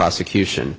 prosecution